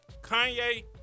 Kanye